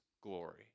glory